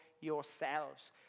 yourselves